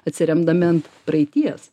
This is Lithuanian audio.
atsiremdami ant praeities